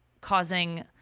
causing